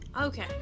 Okay